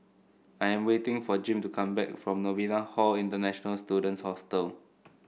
I am waiting for Jim to come back from Novena Hall International Students Hostel